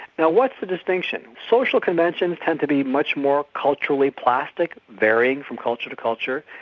now what's the distinction? social conventions tend to be much more culturally plastic, varying from culture to culture.